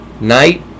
night